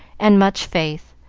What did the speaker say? and much faith,